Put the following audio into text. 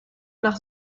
nach